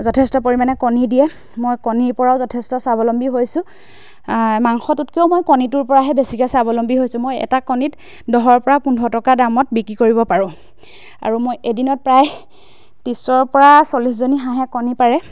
যথেষ্ট পৰিমাণে কণী দিয়ে মই কণীৰ পৰাও যথেষ্ট স্বাৱলম্বী হৈছোঁ মাংসটোতকৈও মই কণীটোৰ পৰাহে বেছিকৈ স্বাৱলম্বী হৈছোঁ মই এটা কণীত দহৰ পৰা পোন্ধৰ টকা দামত বিক্ৰী কৰিব পাৰোঁ আৰু মই এদিনত প্ৰায় ত্ৰিছৰ পৰা চল্লিছজনী হাঁহে কণী পাৰে